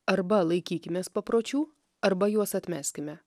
arba laikykimės papročių arba juos atmeskime